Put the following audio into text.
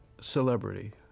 celebrity